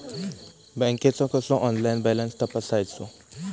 बँकेचो कसो online balance तपासायचो?